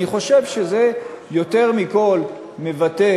אני חושב שזה, יותר מהכול, מבטא